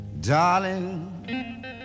Darling